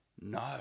No